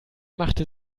machte